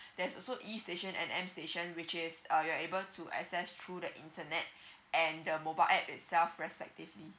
there's also E station and M station which is uh you are able to access through the internet and the mobile app itself respectively